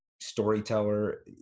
storyteller